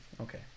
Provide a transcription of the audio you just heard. okay